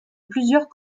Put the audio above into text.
plusieurs